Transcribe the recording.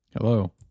Hello